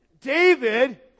David